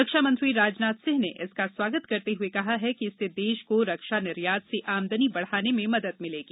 रक्षा मंत्री राजनाथ सिंह ने इसका स्वागत करते हुए कहा है कि इससे देश को रक्षा निर्यात से आमदनी बढ़ाने में मदद मिलेगी